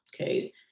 okay